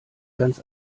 ganz